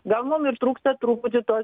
gal mum ir trūksta truputį to